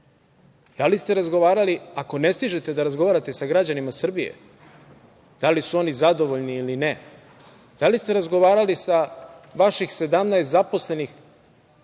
Da li ste razgovarali, ako ne stižete da razgovarate sa građanima Srbije, da li su oni zadovoljni ili ne? Da li ste razgovarali sa vaših 17 zaposlenih